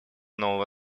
нового